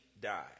die